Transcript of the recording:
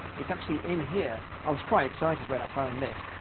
it's actually in here. i was quite excited when i found this.